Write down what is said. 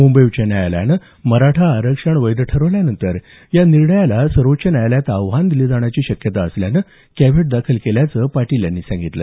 मुंबई उच्च न्यायालयानं मराठा आरक्षण वैध ठरवल्यानंतर या निर्णयाला सर्वोच्च न्यायालयात आव्हान दिलं जाण्याची शक्यता असल्यानं कॅव्हिएट दाखल केल्याचं पाटील यांनी सांगितलं